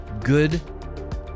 good